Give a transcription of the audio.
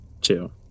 two